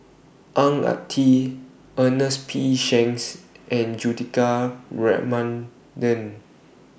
Ang Ah Tee Ernest P Shanks and Juthika Ramanathan